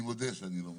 ואני מודה שאני לא מוכן,